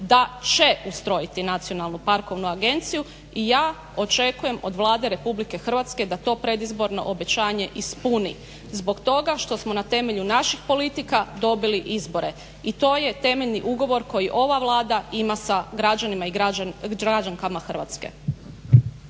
da će ustrojiti nacionalnu parkovnu agenciju i ja očekujem od Vlade Republike Hrvatske da to predizborno obećanje ispuni zbog toga što smo na temelju naših politika dobili izbore. I to je temeljni ugovor koji ova Vlada ima sa građanima i građankama Hrvatske.